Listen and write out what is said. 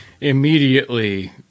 Immediately